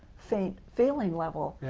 faint, feeling level,